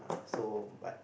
so but